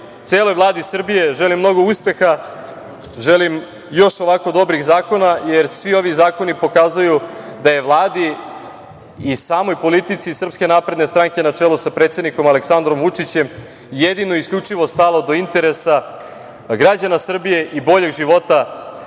celoj Vladi Srbije želim mnogo uspeha, želim još ovako dobrih zakona, jer svi ovi zakoni pokazuju da je Vladi i samoj politici SNS na čelu sa predsednikom Aleksandrom Vučićem, jedino isključivo stalo do interesa građana Srbije i boljeg života